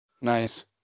Nice